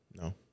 No